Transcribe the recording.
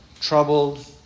troubled